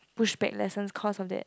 push back lessons cause of that